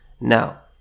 Now